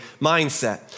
mindset